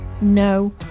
No